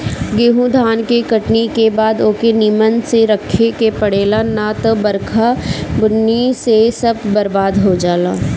गेंहू धान के कटनी के बाद ओके निमन से रखे के पड़ेला ना त बरखा बुन्नी से सब बरबाद हो जाला